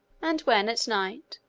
and when, at night,